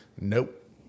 Nope